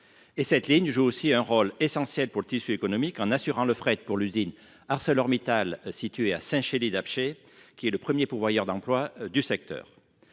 Et cette ligne joue aussi un rôle essentiel pour le tissu économique en assurant le fret pour l'usine ArcelorMittal situé à Saint-Chély-d Apcher qui est le 1er pourvoyeur d'emplois du secteur